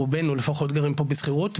רובנו לפחות גרים כאן בשכירות,